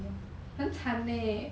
很惨 eh